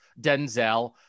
Denzel